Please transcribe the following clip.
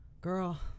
girl